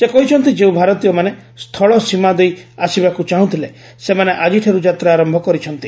ସେ କହିଛନ୍ତି ଯେଉଁ ଭାରତୀୟମାନେ ସ୍ଥୁଳ ସୀମା ଦେଇ ଆସିବାକୁ ଚାହୁଁଥିଲେ ସେମାନେ ଆଜିଠାରୁ ଯାତ୍ରା ଆରମ୍ଭ କରିଛନ୍ତି